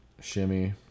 Shimmy